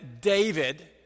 David